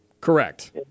correct